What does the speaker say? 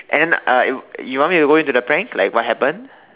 and then uh it you want me to go into the prank like what happened